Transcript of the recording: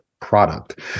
product